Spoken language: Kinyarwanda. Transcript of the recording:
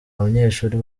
abanyeshuri